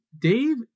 Dave